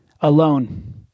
alone